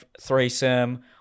threesome